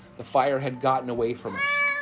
the fire had gotten away from us.